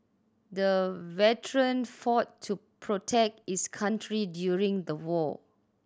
the veteran fought to protect his country during the war